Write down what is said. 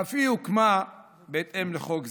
שאף היא הוקמה בהתאם לחוק זה.